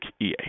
EA